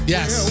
Yes